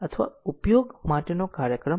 તેથી જો આપણી પાસે p 1 થી p n હોય તો તે એક માર્ગ છે